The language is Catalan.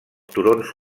turons